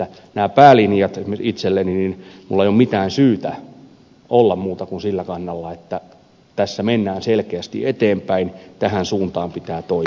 näissä päälinjoissa esimerkiksi minulla itselläni ei ole mitään syytä olla muuta kuin sillä kannalla että tässä mennään selkeästi eteenpäin tähän suuntaan pitää toimia